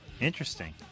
Interesting